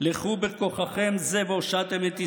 "לכו בכוחכם זה והושעתם את ישראל".